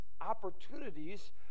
opportunities